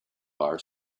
bar